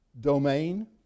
domain